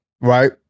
right